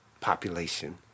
population